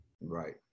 Right